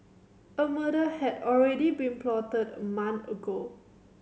a murder had already been plotted a month ago